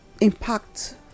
Impact